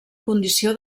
condició